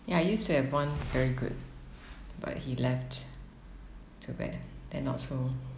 ya I used to have one very good but he left too bad then not so